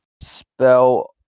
spell